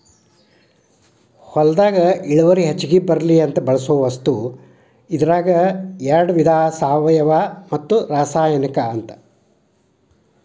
ಹೊಲದಾಗ ಇಳುವರಿ ಹೆಚಗಿ ಬರ್ಲಿ ಅಂತ ಬಳಸು ವಸ್ತು ಇದರಾಗ ಯಾಡ ವಿಧಾ ಸಾವಯುವ ಮತ್ತ ರಾಸಾಯನಿಕ ಅಂತ